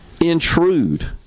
intrude